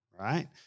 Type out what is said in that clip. right